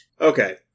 Okay